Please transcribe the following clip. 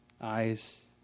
eyes